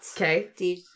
Okay